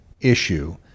issue